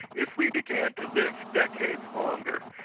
if we began to live decades longer.